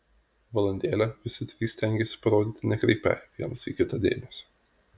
valandėlę visi trys stengėsi parodyti nekreipią vienas į kitą dėmesio